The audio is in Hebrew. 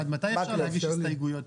עד מתי אפשר להגיש הסתייגויות?